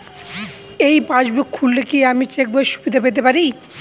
এই পাসবুক খুললে কি আমি চেকবইয়ের সুবিধা পেতে পারি?